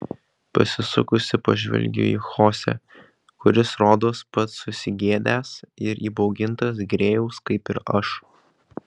pasisukusi pažvelgiu į chosė kuris rodos pats susigėdęs ir įbaugintas grėjaus kaip ir aš